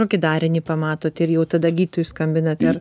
kokį darinį pamatot ir jau tada gydytojui skambinat ar